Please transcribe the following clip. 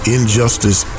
Injustice